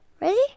ready